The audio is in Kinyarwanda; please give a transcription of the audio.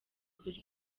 kuri